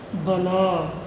ಬಲ